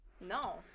No